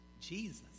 Jesus